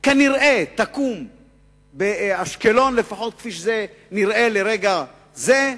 כנראה תקום באשקלון, לפחות כפי שזה נראה ברגע זה,